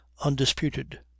undisputed